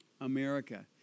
America